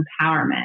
Empowerment